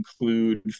include